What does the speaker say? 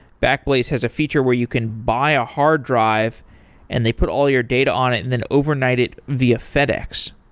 backblaze has a feature where you can buy a hard drive and they put all your data on it and then overnight it via fedex.